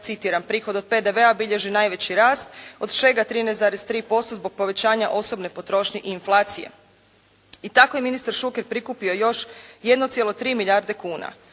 citiram: "… prihod od PDV-a bilježi najveći rast, od čega 13,3% zbog povećanja osobne potrošnje i inflacije." I tako je ministar Šuker prikupio još 1,3 milijarde kuna.